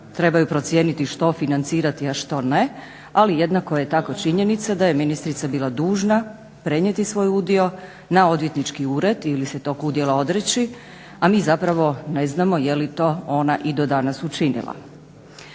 trebaju procijeniti što financirati a što ne, ali jednako je tako činjenica da je ministrica bila dužna prenijeti svoj udio na odvjetnički ured ili se tog udjela odreći, a mi zapravo ne znamo je li to ona i do danas učinila.